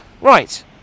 Right